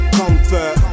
comfort